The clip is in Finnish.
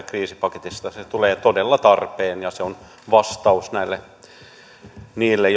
kriisipaketista se tulee todella tarpeeseen ja se on vastaus niille